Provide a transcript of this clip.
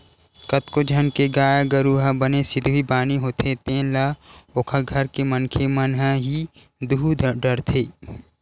कतको झन के गाय गरु ह बने सिधवी बानी होथे तेन ल ओखर घर के मनखे मन ह ही दूह डरथे